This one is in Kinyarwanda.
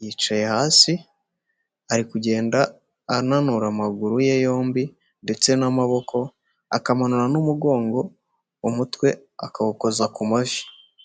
yicaye hasi, ari kugenda ananura amaguru ye yombi ndetse n'amaboko, akamanura n'umugongo, umutwe akawukoza ku mavi.